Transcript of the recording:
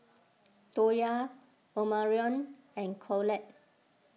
Toya Omarion and Collette